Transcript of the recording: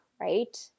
right